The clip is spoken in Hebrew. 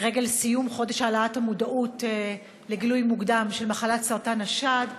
לרגל סיום חודש העלאת המודעות לגילוי מוקדם של מחלת סרטן השד,